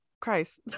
Christ